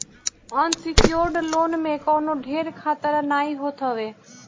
unsecured loan में कवनो ढेर खतरा नाइ होत हवे